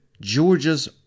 Georgia's